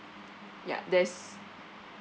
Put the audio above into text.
yup there's